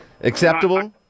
Acceptable